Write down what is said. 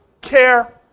care